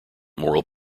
moral